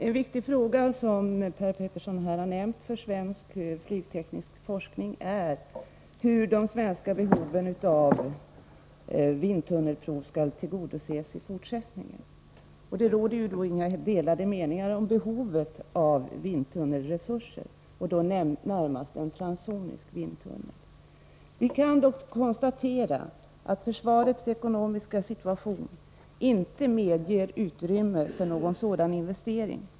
En viktig fråga för svensk flygteknisk forskning är, som Per Petersson här har nämnt, hur de svenska behoven av vindtunnelprov skall tillgodoses i fortsättningen. Det råder inga delade meningar om behovet av vindtunnelresurser, och då närmast av en transsonisk vindtunnel. Vi kan dock konstatera att försvarets ekonomiska situation inte ger utrymme för någon sådan investering.